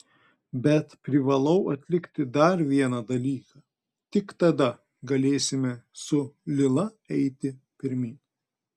bet privalau atlikti dar vieną dalyką tik tada galėsime su lila eiti pirmyn